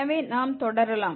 எனவே நாம் தொடரலாம்